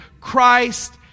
Christ